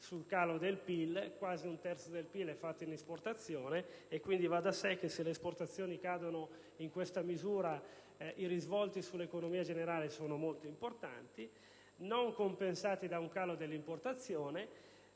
sul calo del PIL - quasi un terzo del PIL è fatto in esportazione, quindi va da sé che se le esportazioni cadono in questa misura i risvolti sull'economia generale sono molto importanti, non compensati da un calo dell'importazione